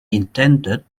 intended